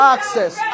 Access